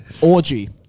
orgy